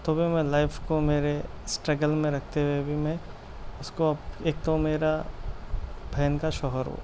تو بھی میں لائف کو میرے اسٹرگل میں رکھتے ہوئے بھی میں اس کو ایک تو میرا بہن کا شوہر وہ